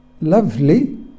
lovely